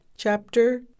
Chapter